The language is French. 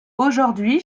aujourd’hui